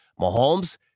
Mahomes